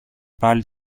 πάλι